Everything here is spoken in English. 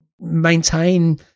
maintain